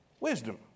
Wisdom